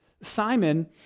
Simon